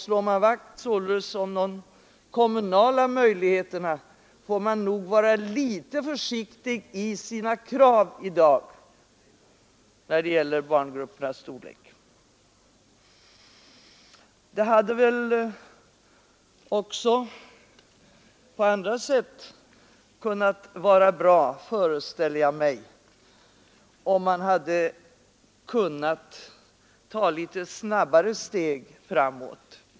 Slår man vakt om de kommunala möjligheterna får man vara litet försiktig i sina krav i dag när det gäller barngruppernas storlek. Det hade väl också på andra sätt kunnat vara bra, föreställer jag mig, om man hade kunnat ta litet snabbare steg framåt.